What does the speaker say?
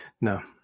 No